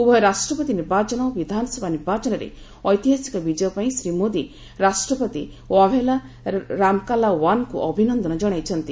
ଉଭୟ ରାଷ୍ଟ୍ରପତି ନିର୍ବାଚନ ଓ ବିଧାନସଭା ନିର୍ବାଚନରେ ଐତିହାସିକ ବିଜୟ ପାଇଁ ଶ୍ରୀ ମୋଦି ରାଷ୍ଟ୍ରପତି ୱାଭେଲ୍ ରାମ୍କାଲାୱାନ୍ଙ୍କୁ ଅଭିନନ୍ଦନ ଜଣାଇଛନ୍ତି